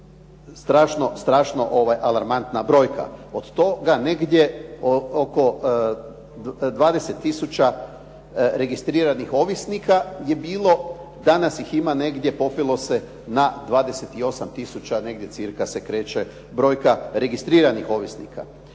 To je strašno alarmantna brojka. Od toga negdje oko 20 tisuća registriranih ovisnika je bilo, danas ih ima negdje popelo se na 28 tisuća negdje cirka se kreće brojka registriranih ovisnika.